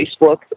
Facebook